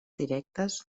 directes